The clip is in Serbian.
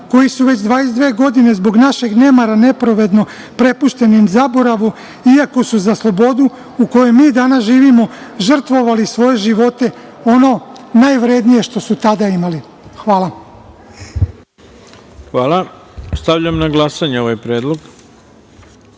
koji su već 22 godine zbog našeg nemara nepravedno prepušteni zaboravu, iako su za slobodu u kojoj mi danas živimo žrtvovali svoje živote, ono najvrednije što su tada imali. Hvala. **Ivica Dačić** Stavljam na glasanje ovaj